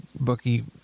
Bucky